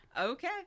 Okay